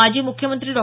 माजी मुख्यमंत्री डॉ